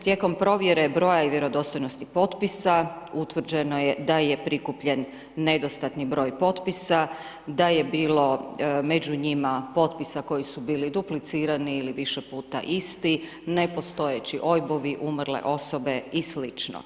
Tijekom provjere broja i vjerodostojnosti potpisa, utvrđeno je da je prikupljeno nedostatni broj potpisa, daj e bilo među njima potpisa koji su bili duplicirani ili više puta isti, nepostojeći OIB-ovi, umrle osobe i sl.